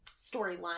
storyline